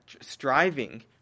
striving